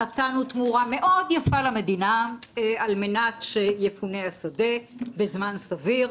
נתנו תמורה מאוד יפה למדינה על מנת שיפונה השדה בזמן סביר.